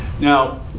Now